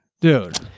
Dude